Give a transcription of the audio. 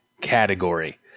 category